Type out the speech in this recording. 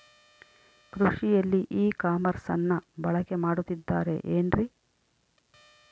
ಕೃಷಿಯಲ್ಲಿ ಇ ಕಾಮರ್ಸನ್ನ ಬಳಕೆ ಮಾಡುತ್ತಿದ್ದಾರೆ ಏನ್ರಿ?